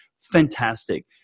Fantastic